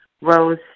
rose